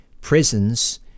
prisons